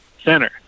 center